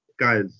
Guys